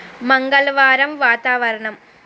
మంగళవారం వాతావరణం